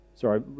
sorry